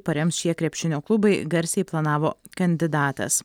parems šie krepšinio klubai garsiai planavo kandidatas